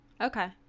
Okay